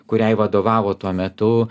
kuriai vadovavo tuo metu